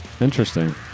Interesting